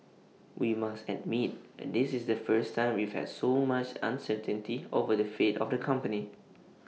we must admit this is the first time we've had so much uncertainty over the fate of the company